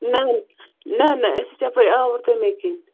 نہ نہ نہ أسۍ ٲسۍ یَپٲرۍ آوُر تَمے کِنۍ